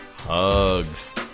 Hugs